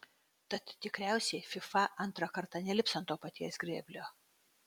tad tikriausiai fifa antrą kartą nelips ant to paties grėblio